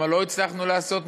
מה לא הצלחנו לעשות,